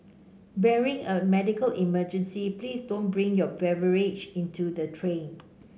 barring a medical emergency please don't bring your beverages into the train